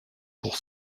pour